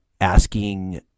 asking